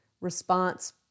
response